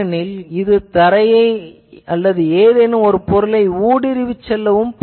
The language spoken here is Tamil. ஏனெனில் இது தரையை அல்லது ஏதேனும் பொருளை ஊடுருவிச் செல்கிறது